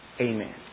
Amen